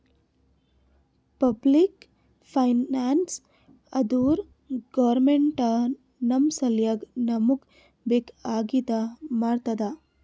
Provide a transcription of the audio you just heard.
public finance ಅಂದುರ್ government ನಮ್ ಸಲ್ಯಾಕ್ ನಮೂಗ್ ಬೇಕ್ ಆಗಿದ ಮಾಡ್ತುದ್